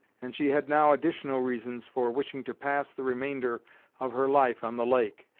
and she had now additional reasons for wishing to pass the remainder of her life on the lake,